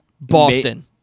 Boston